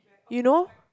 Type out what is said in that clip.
you know